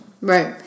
right